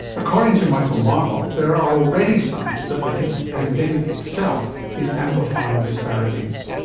according to michael marmot there are already signs that the pandemic itself is amplifying disparities.